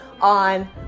on